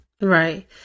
Right